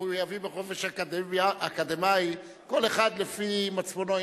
מחויבים לחופש אקדמי, כל אחד לפי מצפונו.